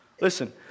Listen